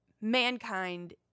mankind